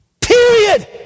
Period